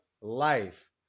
life